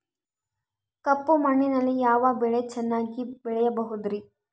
ಕಪ್ಪು ಮಣ್ಣಿನಲ್ಲಿ ಯಾವ ಬೆಳೆ ಚೆನ್ನಾಗಿ ಬೆಳೆಯಬಹುದ್ರಿ?